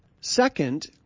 Second